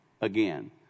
Again